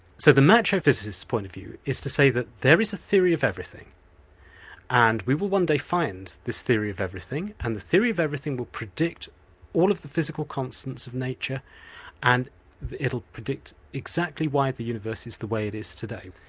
so the macho physicists' point of view is to say that there is a theory of everything and we will one day find this theory of everything, and the theory of everything will predict all of the physical constants of nature and it will predict exactly why the universe is the way it is today.